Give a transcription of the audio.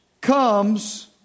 comes